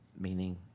meaning